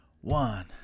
one